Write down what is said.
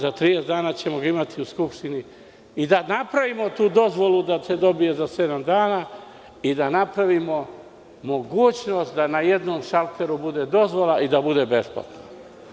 Za 30 dana ćemo ga imati u Skupštini i da napravimo tu dozvolu da se dobije za sedam dana i da napravimo mogućnost da na jednom šalteru bude dozvola i da bude besplatna.